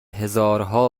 هزارها